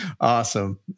Awesome